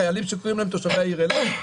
החיילים שקוראים להם תושבי העיר אילת?